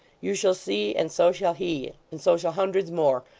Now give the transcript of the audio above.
you shall see, and so shall he, and so shall hundreds more,